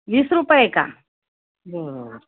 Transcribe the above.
वीस रुपये का बर